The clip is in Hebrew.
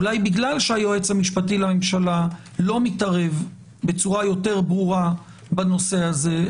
אוי בגלל שהיועץ המשפטי לממשלה לא מתערב בצורה יותר ברורה בנושא הזה,